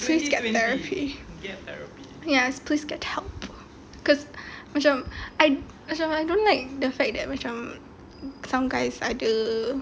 please get therapy ya please get help because macam I macam I don't like the fact that macam some guys ada